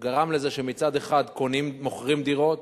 גרם לזה שמצד אחד מוכרים דירות,